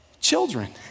children